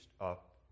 up